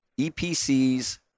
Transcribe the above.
EPCs